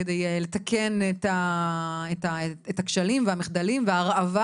כדי לתקן את הכשלים והמחדלים וההרעבה